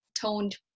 toned